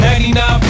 99